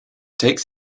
takes